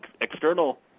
external